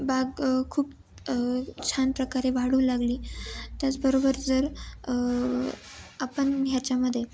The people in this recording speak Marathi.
बाग खूप छान प्रकारे वाढू लागली त्याचबरोबर जर आपण ह्याच्यामध्ये